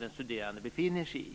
den studerande befinner sig i.